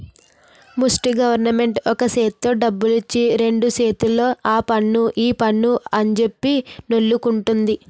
ముస్టి గవరమెంటు ఒక సేత్తో డబ్బులిచ్చి రెండు సేతుల్తో ఆపన్ను ఈపన్ను అంజెప్పి నొల్లుకుంటంది